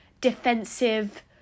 defensive